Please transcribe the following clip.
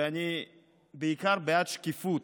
ואני בעיקר בעד שקיפות.